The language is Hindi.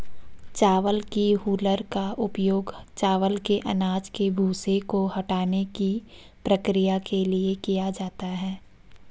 चावल की हूलर का उपयोग चावल के अनाज के भूसे को हटाने की प्रक्रिया के लिए किया जाता है